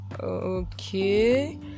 okay